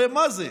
הרי מה זה?